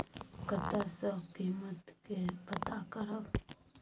कतय सॅ कीमत के पता करब?